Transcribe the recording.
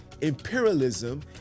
imperialism